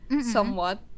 somewhat